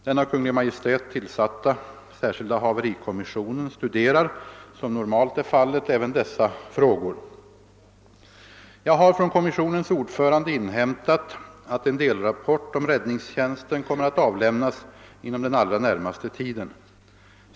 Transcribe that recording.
Den av Kungl. Maj:t tillsatta särskilda haverikommissionen studerar, som normalt är fallet, även dessa frågor. Jag har från kommissionens ordförande inhämtat att en delrapport om räddningstjänsten kommer att avlämnas inom den allra närmaste tiden.